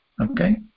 okay